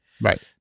Right